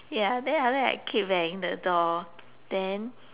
ya then after that I keep banging the door then